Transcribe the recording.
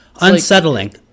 unsettling